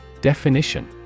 Definition